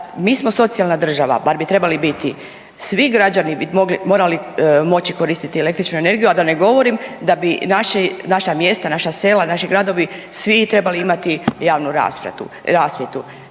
Mi smo socijalna država, bar bi trebali biti, svi građani bi morali moći koristiti električnu energiju, a da ne govorim da bi naši, naša mjesta, naša sela, naši gradovi svi trebali imati javnu rasvjetu.